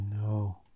No